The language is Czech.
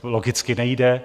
To logicky nejde.